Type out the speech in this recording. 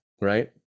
right